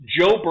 Joe